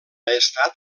estat